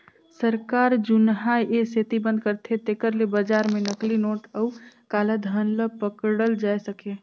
सरकार जुनहा ए सेती बंद करथे जेकर ले बजार में नकली नोट अउ काला धन ल पकड़ल जाए सके